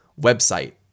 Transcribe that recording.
website